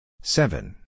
Seven